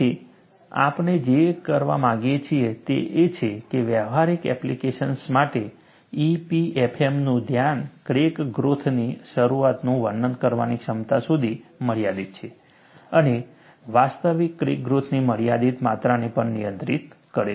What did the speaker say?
તેથી આપણે જે કરવા માંગીએ છીએ તે એ છે કે વ્યવહારિક એપ્લિકેશન્સ માટે EPFM નું ધ્યાન ક્રેક ગ્રોથની શરૂઆતનું વર્ણન કરવાની ક્ષમતા સુધી મર્યાદિત છે અને વાસ્તવિક ક્રેક ગ્રોથની મર્યાદિત માત્રાને પણ નિયંત્રિત કરે છે